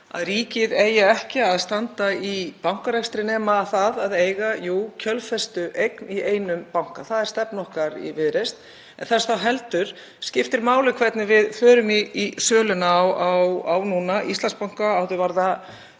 að ríkið eigi ekki að standa í bankarekstri nema það að eiga kjölfestueign í einum banka. Það er stefna okkar í Viðreisn. Þess þá heldur skiptir máli hvernig við förum í söluna á Íslandsbanka og þeim